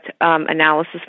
analysis